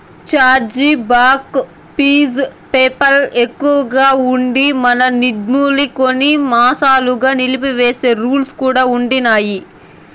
charge back fees PayPal ఎక్కువగా ఉండి, మన నిదుల్మి కొన్ని మాసాలుగా నిలిపేసే రూల్స్ కూడా ఉండిన్నాయి